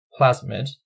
plasmid